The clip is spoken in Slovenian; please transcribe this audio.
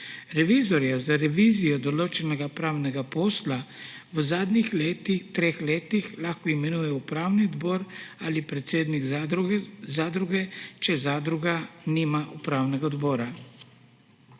Revizorja za revizijo določenega pravnega posla v zadnjih treh letih lahko imenuje upravni odbor ali predsednik zadruge, če zadruga nima upravnega odbora.